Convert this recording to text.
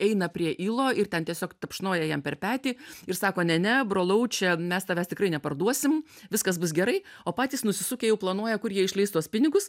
eina prie ylo ir ten tiesiog tapšnoja jam per petį ir sako ne ne brolau čia mes tavęs tikrai neparduosim viskas bus gerai o patys nusisukę jau planuoja kur jie išleis tuos pinigus